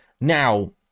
Now